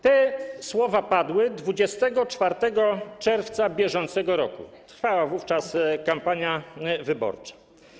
Te słowa padły 24 czerwca br. Trwała wówczas kampania wyborcza.